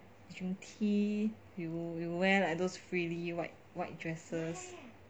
drink tea you you wear like those filly white white dresses